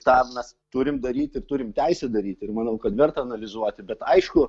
tą mes turim daryti turim teisę daryti ir manau kad verta analizuoti bet aišku